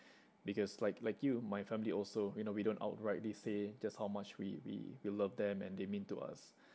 because like like you my family also you know we don't outrightly say just how much we we we love them and they mean to us